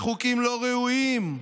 לחוקים לא ראויים,